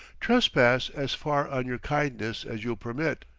trespass as far on your kindness as you'll permit.